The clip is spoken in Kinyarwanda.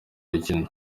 rukino